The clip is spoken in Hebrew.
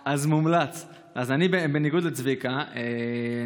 אתם מוזמנים לשבת ליד צבי האוזר ולהמשיך את השיחה,